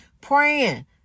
praying